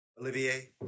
Olivier